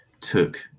took